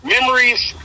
memories